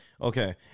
Okay